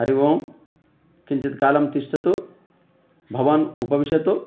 हरिः ओम् किञ्चित् कालं तिष्ठतु भवान् उपविशतु